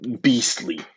beastly